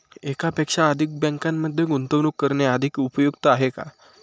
एकापेक्षा अधिक बँकांमध्ये गुंतवणूक करणे अधिक उपयुक्त आहे का?